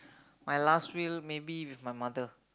my last meal maybe with my mother